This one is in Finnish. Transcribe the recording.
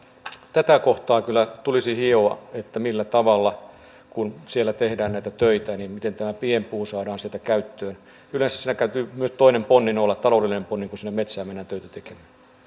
koskevaa kohtaa kyllä tulisi hioa että kun siellä tehdään näitä töitä niin miten tämä pienpuu saadaan sieltä käyttöön yleensä siinä täytyy olla myös toinen ponnin taloudellinen ponnin kun sinne metsään mennään töitä